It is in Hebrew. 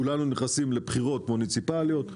כשכולנו נכנסים לבחירות מוניציפליות,